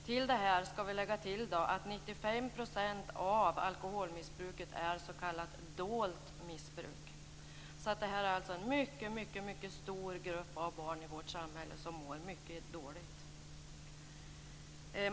Till detta skall vi lägga att 95 % av alkoholmissbruket är s.k. dolt missbruk. Det är en mycket stor grupp av barn i vårt samhälle som mår mycket dåligt.